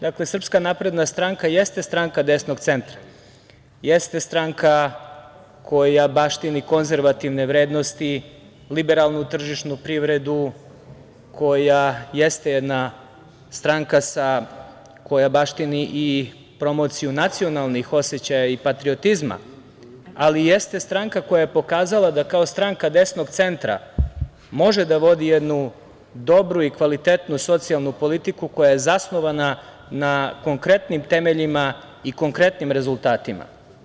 Dakle, SNS jeste stranka desnog centra, jeste stranka koja baštini konzervativne vrednosti, liberalnu tržišnu privredu koja jeste jedna stranka koja baštini i promociju nacionalnih osećaja i patriotizma, ali jeste stranka koja je pokazala da, kao stranka desnog centra, može da vodi jednu dobru i kvalitetnu socijalnu politiku koja je zasnovana na konkretnim temeljima i konkretnim rezultatima.